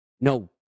no